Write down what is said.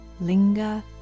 linger